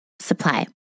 supply